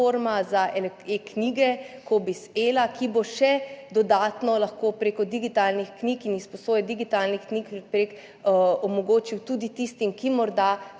za e-knjige COBISS Ela, ki bo še dodatno lahko prek digitalnih knjig in izposoje digitalnih knjig omogočila [izposojo] tudi tistim, ki morda